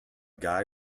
guy